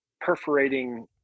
perforating